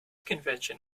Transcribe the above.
convention